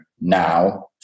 now